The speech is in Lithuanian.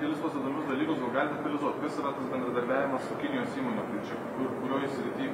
kelis tuos įdomius dalykus gal galit detalizuot kas yra tas bendradarbiavimas su kinijos įmone tai čia kur kurioj srity